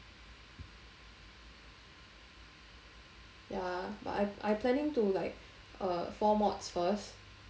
ya but I I planning to like uh four mods first